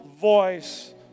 voice